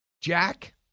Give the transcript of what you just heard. Jack